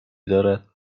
دارد